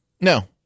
No